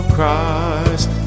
Christ